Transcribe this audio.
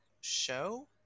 show